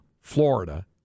Florida